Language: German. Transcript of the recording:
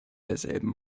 derselben